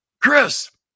Chris